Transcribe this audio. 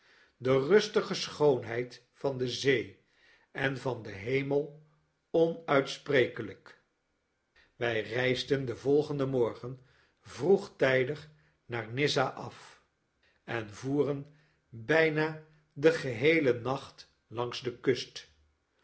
de rustige schoonheid van de zee en van den hemel onuitsprekelijk wij reisden den volgenden morgen vroegtijdig naar nizza af en voeren bljna den geheelen nacht langs de kust